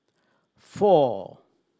four